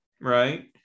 right